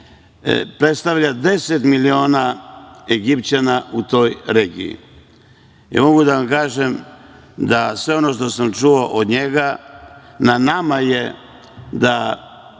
Predstavlja 10 miliona Egipćana u toj regiji. Mogu da vam kažem da sve ono što sam čuo od njega na nama je da